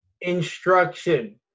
instruction